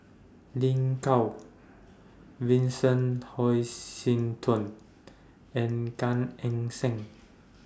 Lin Gao Vincent Hoisington and Gan Eng Seng